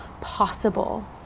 possible